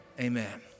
Amen